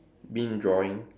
bin drawing